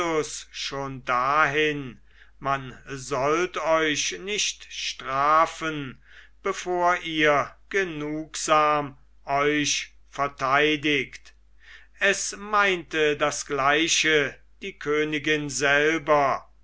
schon dahin man sollt euch nicht strafen bevor ihr genugsam euch verteidigt es meinte das gleiche die königin selber